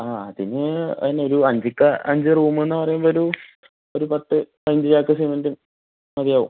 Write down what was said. ആ അതിന് അതിന് ഒരു അഞ്ച് റൂമ് എന്ന് പറയുമ്പോഴൊരു ഒരു പത്ത് അഞ്ച് ചാക്ക് സിമെന്റും മതിയാവും